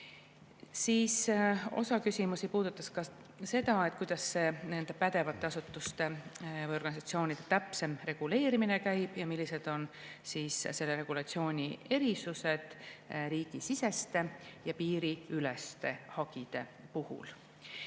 Osa küsimusi oli selle kohta, kuidas pädevate asutuste või organisatsioonide täpsem reguleerimine käib ja millised on selle regulatsiooni erisused riigisiseste ja piiriüleste hagide puhul.